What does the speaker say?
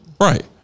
Right